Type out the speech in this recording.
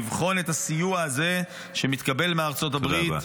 הוא לבחון את הסיוע הזה שמתקבל מארצות הברית.